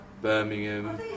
Birmingham